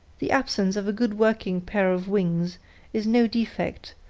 the absence of a good working pair of wings is no defect,